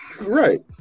Right